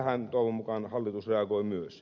tähän toivon mukaan hallitus reagoi myös